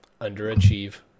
underachieve